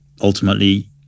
ultimately